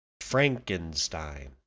Frankenstein